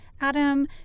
Adam